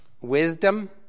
wisdom